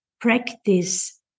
practice